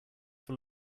full